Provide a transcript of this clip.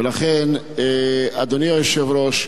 ולכן, אדוני היושב-ראש,